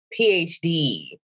PhD